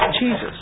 Jesus